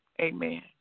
Amen